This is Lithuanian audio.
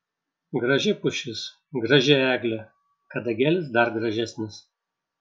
graži pušis graži eglė kadagėlis dar gražesnis